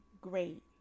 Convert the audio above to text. great